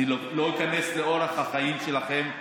אני לא איכנס לאורח החיים שלכם,